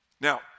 Now